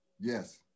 Yes